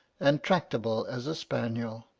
and tractable as a spaniel.